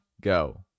go